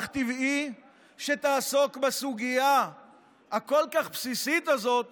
שאך טבעי שהיא תעסוק בסוגיה הכל-כך בסיסית הזאת